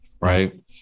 Right